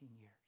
years